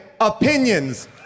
opinions